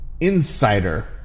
Insider